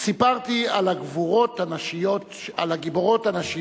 סיפרתי על הגיבורות הנשיות שלי,